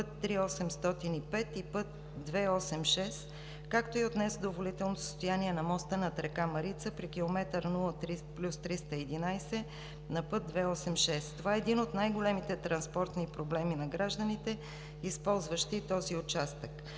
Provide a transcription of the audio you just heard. път III-805 и път II-86, както и от незадоволителното състояние на моста над река Марица при км 0+311 на път II-86. Това е един от най-големите транспортни проблеми на гражданите, използващи този участък.